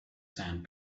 sand